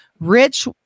rich